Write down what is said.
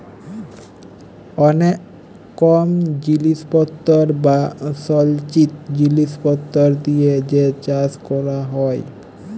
অলেক কম জিলিসপত্তর বা সলচিত জিলিসপত্তর দিয়ে যে চাষ ক্যরা হ্যয়